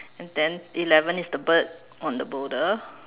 and then eleven is the bird on the boulder